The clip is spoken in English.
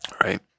right